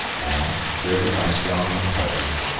and, driven by strong impulses,